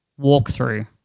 walkthrough